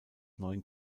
neuen